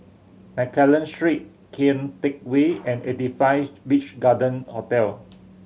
Mccallum Street Kian Teck Way and Eighty Five Beach Garden Hotel